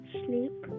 sleep